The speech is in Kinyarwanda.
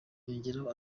yongeraho